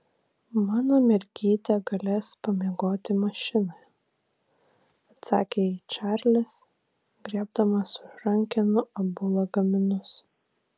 mano mergytė galės pamiegoti mašinoje atsakė jai čarlis griebdamas už rankenų abu lagaminus